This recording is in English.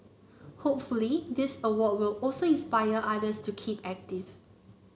hopefully this award will also inspire others to keep active